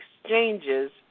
exchanges